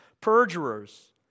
perjurers